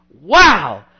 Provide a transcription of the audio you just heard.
Wow